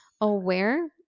aware